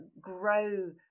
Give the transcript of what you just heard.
grow